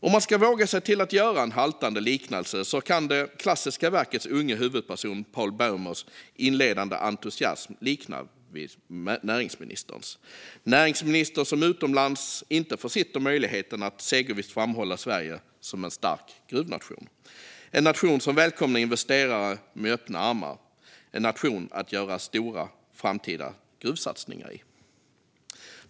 Om man vågar sig på en haltande liknelse kan det klassiska verkets unge huvudperson Paul Bäumers inledande entusiasm liknas vid näringsministerns. Näringsministern försitter inte en möjlighet att utomlands segervisst framhålla Sverige som en stark gruvnation, en nation som välkomnar investerare med öppna armar, en nation att göra stora framtida gruvsatsningar i.